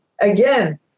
Again